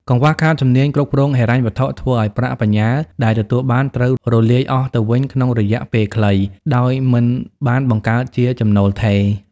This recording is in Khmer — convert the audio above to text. កង្វះខាតជំនាញគ្រប់គ្រងហិរញ្ញវត្ថុ ធ្វើឱ្យប្រាក់បញ្ញើដែលទទួលបានត្រូវរលាយអស់ទៅវិញក្នុងរយៈពេលខ្លី ដោយមិនបានបង្កើតជាចំណូលថេរ។